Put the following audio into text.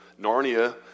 Narnia